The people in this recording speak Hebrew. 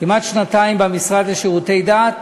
כמעט שנתיים במשרד לשירותי דת,